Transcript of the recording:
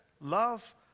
Love